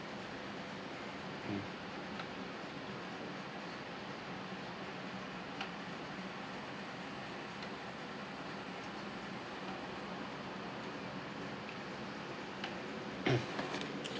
mm